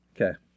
Okay